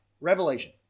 Revelation